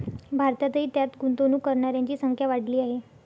भारतातही त्यात गुंतवणूक करणाऱ्यांची संख्या वाढली आहे